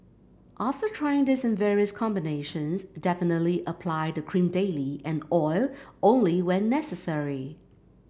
after trying this in various combinations definitely apply the cream daily and oil only when necessary